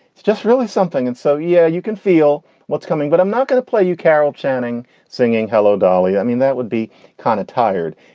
it's just really something. and so, yeah, you can feel what's coming, but i'm not going to play you. carol channing singing hello, dolly. i mean, that would be kind of tired.